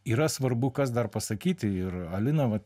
yra svarbu kas dar pasakyti ir alina vat